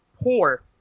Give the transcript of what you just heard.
poor